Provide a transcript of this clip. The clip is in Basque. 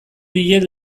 diet